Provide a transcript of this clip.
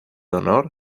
honor